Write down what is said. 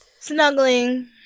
Snuggling